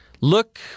Look